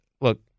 Look